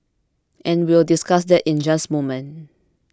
and we will discuss that in just moment